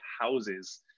houses